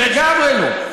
לגמרי לא.